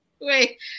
Wait